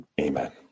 Amen